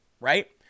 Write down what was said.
right